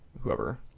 whoever